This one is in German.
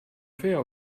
fair